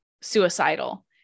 suicidal